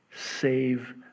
save